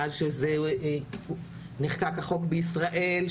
מאז שנחקק החוק בישראל,